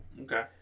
Okay